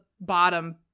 bottom